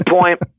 point